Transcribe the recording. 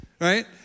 Right